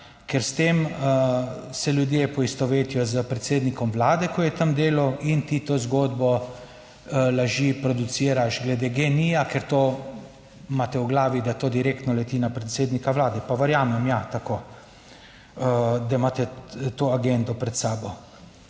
ker s tem se ljudje poistovetijo s predsednikom vlade, ko je tam delal in ti to zgodbo laži produciraš glede GEN-I-ja, ker to imate v glavi, da to direktno leti na predsednika vlade, pa verjamem, ja, tako, da imate to agendo pred sabo.